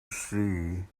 see